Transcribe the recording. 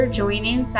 joining